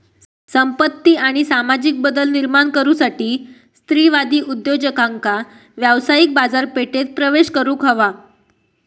संपत्ती आणि सामाजिक बदल निर्माण करुसाठी स्त्रीवादी उद्योजकांका व्यावसायिक बाजारपेठेत प्रवेश करुक हवा